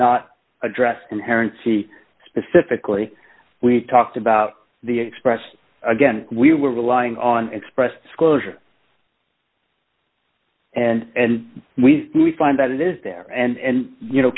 not address inherent she specifically we talked about the express again we were relying on express disclosure and we find that it is there and you know